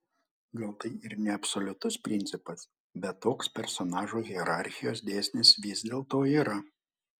gal tai ir neabsoliutus principas bet toks personažų hierarchijos dėsnis vis dėlto yra